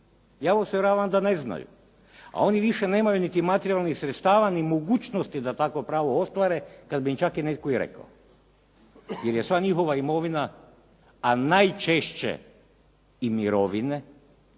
Ja vas uvjeravam da ne znaju. A oni više nemaju niti materijalnih sredstava ni mogućosti da takva prava ostvare kada bi im čak netko i rekao. Jer je sva njihova imovina, a najčešće i mirovine,